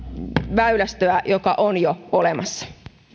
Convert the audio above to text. väylästöä joka on jo olemassa